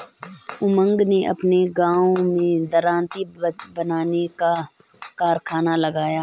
उमंग ने अपने गांव में दरांती बनाने का कारखाना लगाया